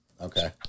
Okay